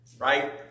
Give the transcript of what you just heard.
right